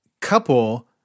couple